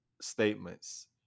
statements